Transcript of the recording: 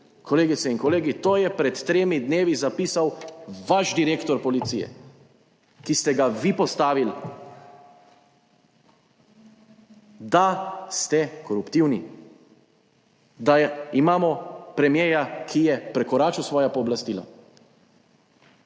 Kolegice in kolegi, to je pred tremi dnevi zapisal vaš direktor Policije, ki ste ga vi postavili, da ste koruptivni, da imamo premierja, ki je prekoračil svoja pooblastila.